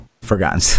forgotten